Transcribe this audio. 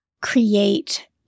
create